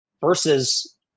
versus